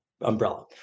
umbrella